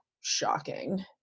shocking